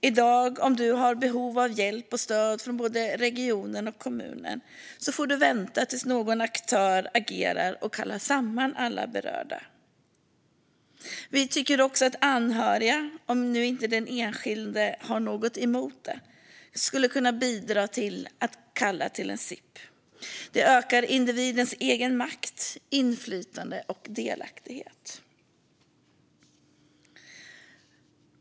I dag får du, om du har behov av hjälp och stöd från både regionen och kommunen, vänta tills någon aktör agerar och kallar samman alla berörda. Vi tycker också att anhöriga, om den enskilde inte har något emot det, skulle kunna bidra till att kalla till en SIP. Det ökar individens egen makt, inflytande och delaktighet.